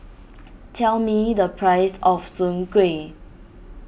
tell me the price of Soon Kueh